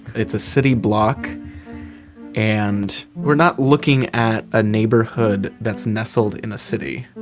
it's a city block and we're not looking at a neighborhood that's nestled in a city.